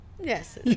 Yes